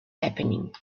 happening